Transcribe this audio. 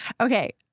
Okay